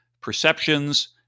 perceptions